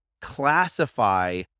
classify